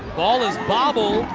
ball is bobbled.